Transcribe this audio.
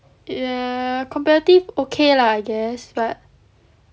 ya competitive okay lah I guess but